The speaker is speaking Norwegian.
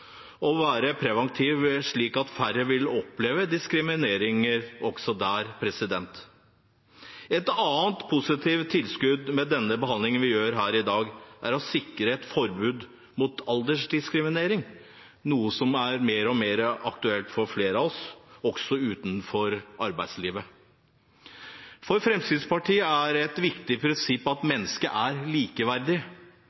å være preventivt slik at færre vil oppleve diskriminering. Et annet positivt tilskudd med den behandlingen vi gjør her i dag, er å sikre et forbud mot aldersdiskriminering, noe som blir mer og mer aktuelt for flere av oss, også utenfor arbeidslivet. For Fremskrittspartiet er et viktig prinsipp at